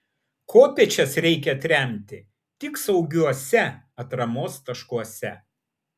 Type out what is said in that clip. kopėčias reikia atremti tik saugiuose atramos taškuose